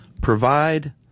provide